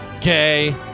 Gay